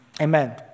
amen